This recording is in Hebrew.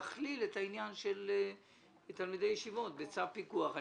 צריך להכליל את העניין של תלמידי הישיבות בצו פיקוח.